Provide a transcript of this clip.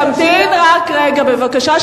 תמתין רק רגע בבקשה,